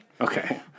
Okay